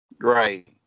Right